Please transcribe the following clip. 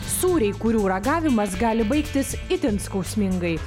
sūriai kurių ragavimas gali baigtis itin skausmingai